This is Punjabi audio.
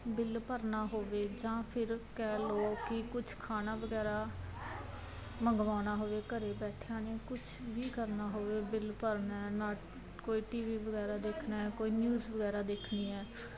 ਬਿੱਲ ਭਰਨਾ ਹੋਵੇ ਜਾਂ ਫਿਰ ਕਹਿ ਲਓ ਕਿ ਕੁਛ ਖਾਣਾ ਵਗੈਰਾ ਮੰਗਵਾਉਣਾ ਹੋਵੇ ਘਰ ਬੈਠਿਆਂ ਨੇ ਕੁਛ ਵੀ ਕਰਨਾ ਹੋਵੇ ਬਿੱਲ ਭਰਨਾ ਨਾ ਕੋਈ ਟੀ ਵੀ ਵਗੈਰਾ ਦੇਖਣਾ ਕੋਈ ਨਿਊਜ਼ ਵਗੈਰਾ ਦੇਖਣੀ ਆ